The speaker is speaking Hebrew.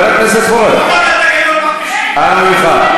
אני אפעל